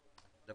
ממה